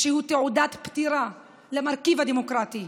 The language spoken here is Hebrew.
שהוא תעודת פטירה למרכיב הדמוקרטי.